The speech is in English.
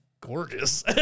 gorgeous